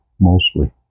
mostly